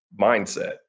mindset